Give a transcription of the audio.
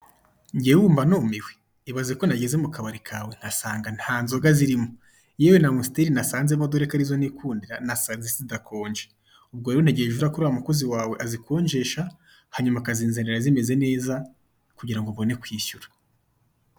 Njyewe ubu mba numiwe! Ibaze ko nageze mu kabari kawe nkasanga nta nzoga zirimo yewe na amusiteri nasanzemo dore ko ari zo nikundira nasanze zidakonje, ubwo rero ntegereje ko uriya mukozi wawe azikonjesha hanyuma akazinzanira zimeze neza kugira ngo mbone kwishyura.